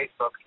Facebook